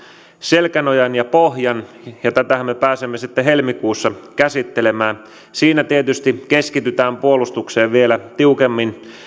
selkänojan ja pohjan ja tätähän me pääsemme sitten helmikuussa käsittelemään siinä tietysti keskitytään puolustukseen vielä tiukemmin